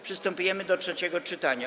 Przystępujemy do trzeciego czytania.